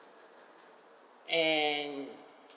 and